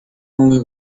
only